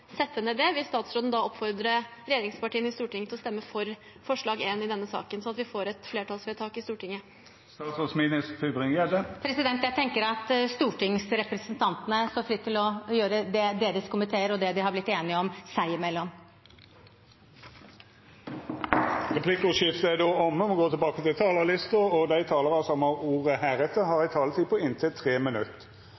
sette ned det – vil statsråden da oppfordre regjeringspartiene i Stortinget til å stemme for forslag nr. 1 i denne saken, sånn at vi får et flertallsvedtak i Stortinget? Jeg tenker at stortingsrepresentantene står fritt til å gjøre det deres komiteer og de selv er blitt enige om seg imellom. Replikkordskiftet er då omme. Dei talarane som heretter får ordet, har ei taletid på inntil 3 minutt. Min kollega Arne Nævra har